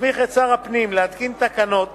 מסמיך את שר הפנים להתקין תקנות